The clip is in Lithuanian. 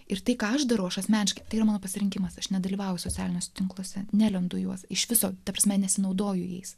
ir tai ką aš darau aš asmeniškai tai yra mano pasirinkimas aš nedalyvausiu socialiniuose tinkluose nelemtu juos iš viso ta prasme nesinaudoju jais